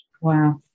Wow